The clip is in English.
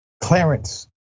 Clarence